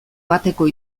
bateko